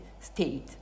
state